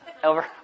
Over